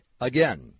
Again